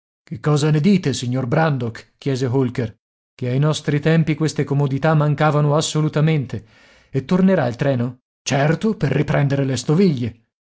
che cosa ne dite signor brandok chiese holker che ai nostri tempi queste comodità mancavano assolutamente e tornerà il treno certo per riprendere le stoviglie